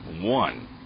one